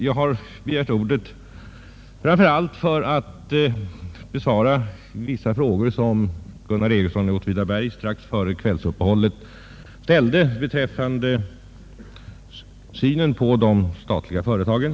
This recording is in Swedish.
Jag har begärt ordet framför allt för att besvara vissa frågor som herr Gunnar Ericsson i Åtvidaberg strax före kvällsuppehållet ställde beträffande de statliga företagen.